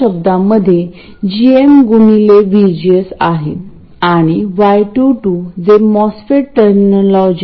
आता मी काय करतो की हे ड्रेनशी जोडले जाते जेणेकरुन पहिला साधा प्रयत्न म्हणजे त्याला ड्रेन सोबत जोडणे